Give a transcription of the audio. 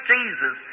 Jesus